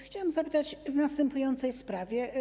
Chciałam zapytać w następującej sprawie.